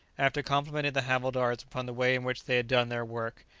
after complimenting the havildars upon the way in which they had done their work,